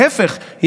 להפך,